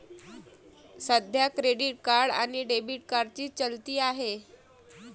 सध्या credit card आणि debit कार्डची चलती आहे